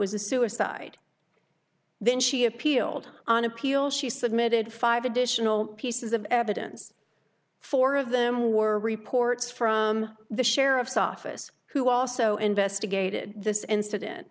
was a suicide then she appealed on appeal she submitted five additional pieces of evidence four of them were reports from the sheriff's office who also investigated this incident